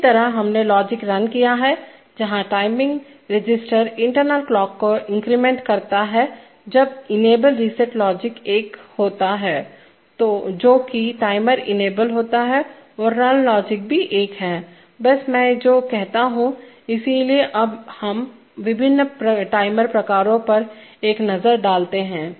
इसी तरह हमने लॉजिक रन किया है जहां टाइमिंग रजिस्टर इंटरनल क्लॉक को इन्क्रीमेंट करता है जब इनेबल रीसेट लॉजिक एक होता है जो कि टाइमर इनेबल होता है और रन लॉजिक भी एक है बस मैं जो कहता हूं इसलिए अब हम विभिन्न टाइमर प्रकारों पर एक नज़र डालते हैं